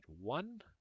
one